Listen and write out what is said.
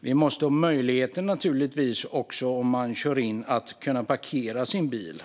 Och om man kör in i staden måste man naturligtvis ha möjlighet att parkera sin bil.